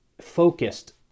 focused